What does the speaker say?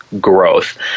growth